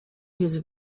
his